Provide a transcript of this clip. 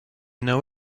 know